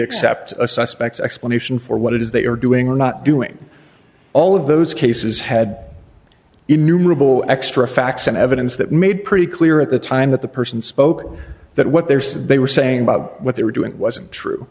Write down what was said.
accept a suspect explanation for what it is they are doing or not doing all of those cases had innumerable extra facts and evidence that made pretty clear at the time that the person spoke that what they're said they were saying about what they were doing wasn't true